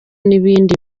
n’ibindi